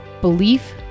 belief